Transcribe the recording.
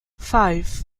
five